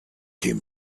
came